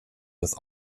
with